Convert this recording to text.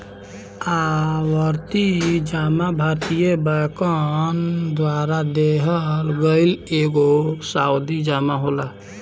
आवर्ती जमा भारतीय बैंकन द्वारा देहल गईल एगो सावधि जमा होला